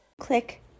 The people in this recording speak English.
Click